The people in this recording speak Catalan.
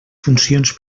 funcions